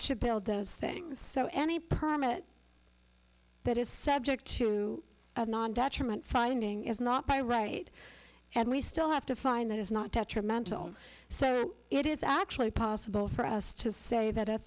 to build those things so any permit that is subject to the detriment finding is not by right and we still have to find that is not detrimental so it is actually possible for us to say that a